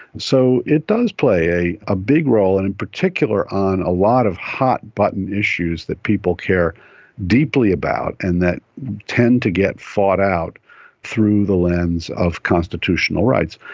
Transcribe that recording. so it does play a a big role, and in particular on a lot of hot-button issues that people cared deeply about and that tend to get fought out through the lens of constitutional rights.